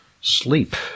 sleep